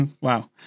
wow